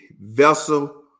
vessel